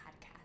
podcast